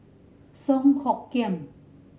Song Hoot Kiam